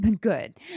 good